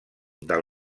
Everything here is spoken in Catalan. del